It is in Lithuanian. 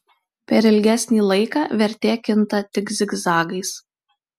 per ilgesnį laiką vertė kinta tik zigzagais